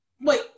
Wait